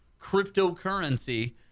cryptocurrency